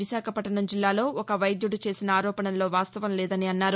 విశాఖపట్లణం జిల్లాలో ఒక వైద్యుడు చేసిన ఆరోపణల్లో వాస్తవం లేదన్నారు